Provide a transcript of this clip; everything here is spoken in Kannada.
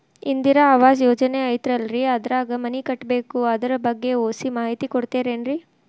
ಇಂದಿರಾ ಆವಾಸ ಯೋಜನೆ ಐತೇಲ್ರಿ ಅದ್ರಾಗ ಮನಿ ಕಟ್ಬೇಕು ಅದರ ಬಗ್ಗೆ ಒಸಿ ಮಾಹಿತಿ ಕೊಡ್ತೇರೆನ್ರಿ?